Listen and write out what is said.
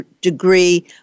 degree